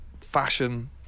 fashion